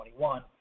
2021